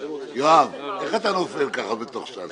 יואב, איך אתה נופל ככה בתוך ש"ס?